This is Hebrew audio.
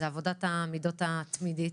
זו עבודת המידות התמידית.